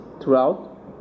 throughout